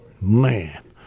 Man